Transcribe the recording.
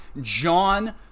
John